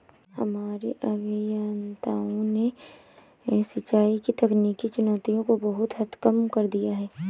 हमारे अभियंताओं ने सिंचाई की तकनीकी चुनौतियों को बहुत हद तक कम कर दिया है